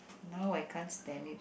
now I can't stand it